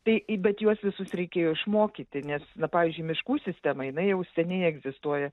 tai i bet juos visus reikėjo išmokyti nes na pavyzdžiui miškų sistema jinai jau seniai egzistuoja